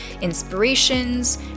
inspirations